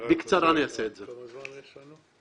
כמה זמן יש לנו?